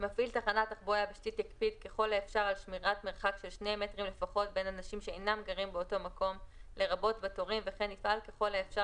על כל הדברים שעלו בקשר לאכיפה